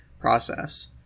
process